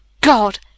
God